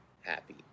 happy